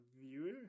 viewer